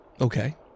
Okay